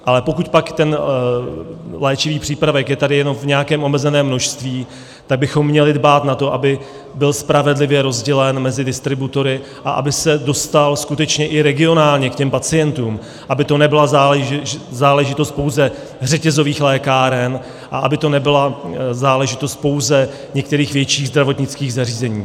Ale pokud pak ten léčivý přípravek je tady jenom v nějakém omezeném množství, tak bychom měli dbát na to, aby byl spravedlivě rozdělen mezi distributory a aby se dostal skutečně i regionálně k pacientům, aby to nebyla záležitost pouze řetězcových lékáren a aby to nebyla záležitost pouze některých větších zdravotnických zařízení.